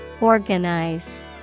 Organize